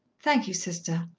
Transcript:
thank you, sister.